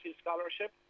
Scholarship